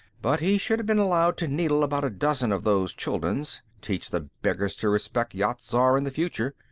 but he should have been allowed to needle about a dozen of those chulduns. teach the beggars to respect yat-zar in the future.